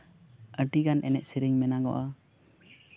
ᱟᱹᱰᱤᱜᱟᱱ ᱮᱱᱮᱡ ᱥᱮᱨᱮᱧ ᱢᱮᱱᱟᱜᱚᱜᱼᱟ